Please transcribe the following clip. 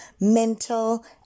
mental